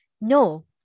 No